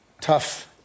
tough